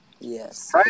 Yes